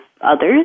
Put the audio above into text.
others